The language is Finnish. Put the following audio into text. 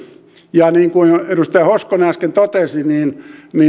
ja niin kuin edustaja hoskonen äsken totesi